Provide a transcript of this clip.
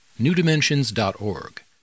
newdimensions.org